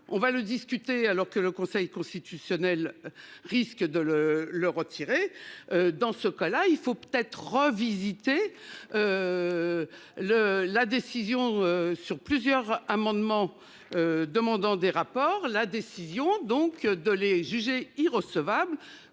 on va le discuter. Alors que le conseil constitutionnel risque de le le retirer. Dans ce cas-là, il faut peut-être revisité. Le la décision sur plusieurs amendements. Demandant des rapports la décision donc de les juger irrecevables